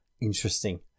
Interesting